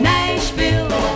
Nashville